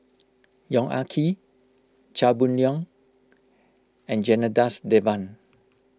Yong Ah Kee Chia Boon Leong and Janadas Devan